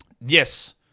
Yes